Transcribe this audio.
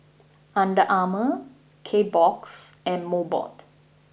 Under Armour Kbox and Mobot